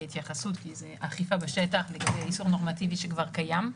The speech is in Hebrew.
התייחסות כי זו אכיפה בשטח לגבי איסור נורמטיבי שכבר קיים.